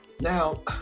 Now